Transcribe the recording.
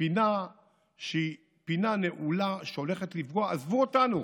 לפינה שהיא פינה נעולה שהולכת לפגוע, עזבו אותנו,